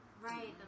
Right